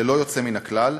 ללא יוצא מהכלל,